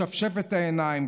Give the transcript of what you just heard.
לשפשף את העיניים,